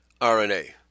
rna